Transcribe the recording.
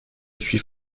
suis